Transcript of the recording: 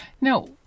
Now